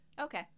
Okay